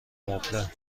مبله